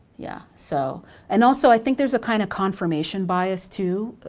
yeah, so and also, i think there's a kind of confirmation bias, too.